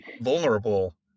vulnerable